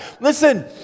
Listen